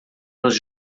nos